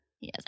Yes